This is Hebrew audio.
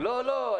לא, לא.